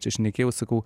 čia šnekėjau sakau